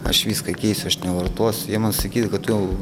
aš viską keisiu aš nevartosiu jie man sakydavo kad tu